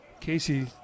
Casey